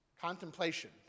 Contemplation